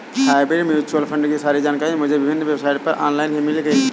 hybrid mutual fund की सारी जानकारी मुझे विभिन्न वेबसाइट पर ऑनलाइन ही मिल गयी